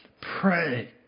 pray